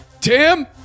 Tim